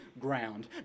ground